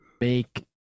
make